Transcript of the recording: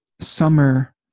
summer